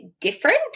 different